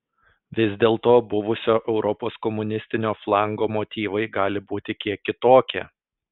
vis dėlto buvusio europos komunistinio flango motyvai gali būti kiek kitokie